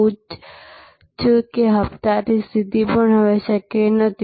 ઉચ્ચ કે હપ્તા સ્થિતિ પણ હવે શક્ય નથી